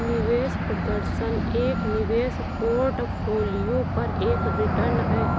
निवेश प्रदर्शन एक निवेश पोर्टफोलियो पर एक रिटर्न है